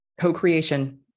co-creation